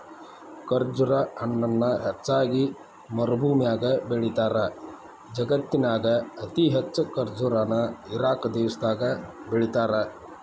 ಖರ್ಜುರ ಹಣ್ಣನ ಹೆಚ್ಚಾಗಿ ಮರಭೂಮ್ಯಾಗ ಬೆಳೇತಾರ, ಜಗತ್ತಿನ್ಯಾಗ ಅತಿ ಹೆಚ್ಚ್ ಖರ್ಜುರ ನ ಇರಾಕ್ ದೇಶದಾಗ ಬೆಳೇತಾರ